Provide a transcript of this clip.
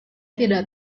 tidak